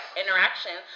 interaction